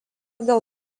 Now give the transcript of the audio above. dėl